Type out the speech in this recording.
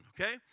Okay